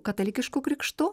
katalikišku krikštu